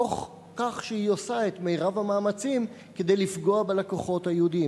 תוך כך שהיא עושה את מירב המאמצים כדי לפגוע בלקוחות היהודים.